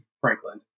Franklin